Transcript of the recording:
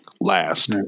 last